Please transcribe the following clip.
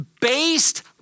based